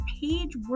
page